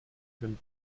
been